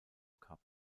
cup